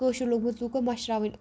کٲشُر لوگمُت لُکَو مَشراوٕنۍ